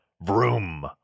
vroom